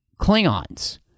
Klingons